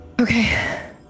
Okay